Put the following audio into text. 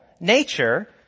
nature